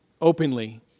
openly